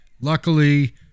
Luckily